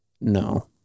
No